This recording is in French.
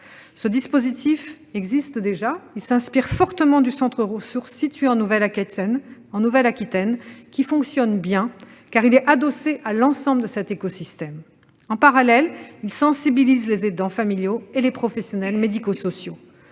Ce dispositif existe déjà ; il s'inspire fortement du centre ressources de Nouvelle-Aquitaine, qui fonctionne bien, car il est adossé à l'ensemble de cet écosystème et qui, en parallèle, sensibilise les aidants familiaux et les professionnels médico-sociaux.